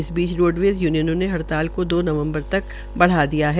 इस बीच रोडवेज़ यूनियनों ने हड़ताल को दो नवम्बर तक बढ़ा दिया है